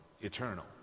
eternal